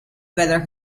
better